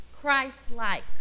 Christ-like